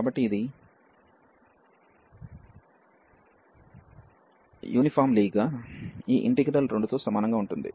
కాబట్టి ఇది యూనిఫామ్ గా ఈ ఇంటిగ్రల్ 2 తో సమానంగా ఉంటుంది